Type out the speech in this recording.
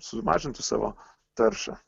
sumažintų savo taršą